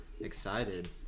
Excited